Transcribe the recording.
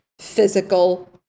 physical